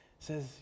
says